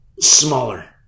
smaller